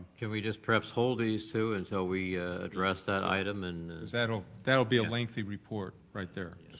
can we just perhaps hold these two until we address that item and that will that will be lengthy report right there,